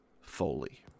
Foley